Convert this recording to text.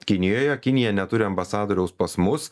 kinijoje kinija neturi ambasadoriaus pas mus